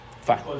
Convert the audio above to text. Fine